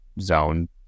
zone